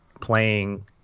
playing